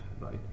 right